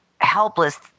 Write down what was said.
helpless